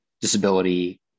disability